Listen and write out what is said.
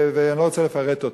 ואני לא רוצה לפרט אותו.